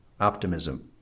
optimism